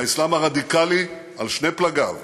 האסלאם הרדיקלי על שני פלגיו,